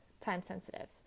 time-sensitive